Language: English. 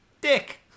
dick